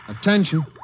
Attention